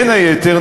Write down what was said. בין היתר,